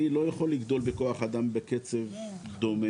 אני לא יכול לגדול בכוח אדם בקצב דומה,